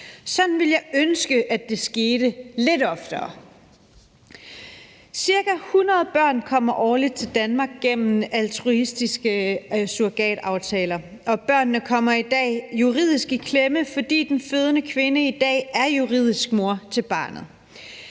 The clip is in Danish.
Sådan ville jeg ønske at det skete lidt oftere. Ca. 100 børn kommer årligt til Danmark gennem altruistiske surrogataftaler, og børnene kommer i dag juridisk i klemme, fordi den fødende kvinde i dag er juridisk mor til barnet.